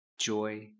joy